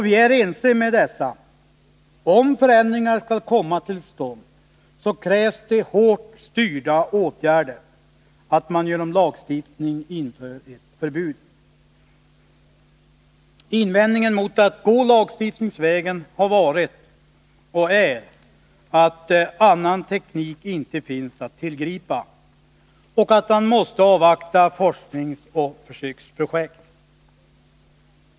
Vi är ense med dem om att ifall förändringar skall komma till stånd, så krävs det antingen hårt styrda åtgärder eller att man genom lagstiftning inför ett förbud. Invändningen mot att gå lagstiftningsvägen har varit, och är, att annan teknik inte finns att tillgripa, utan att man måste avvakta forskningsoch försöksprojekt.